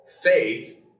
faith